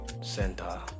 center